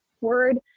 word